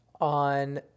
on